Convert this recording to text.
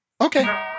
Okay